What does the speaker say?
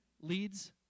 leads